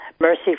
Mercy